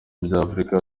by’afrika